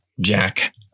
Jack